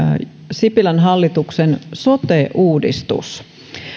sipilän hallituksen sote uudistus